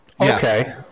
okay